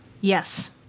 Yes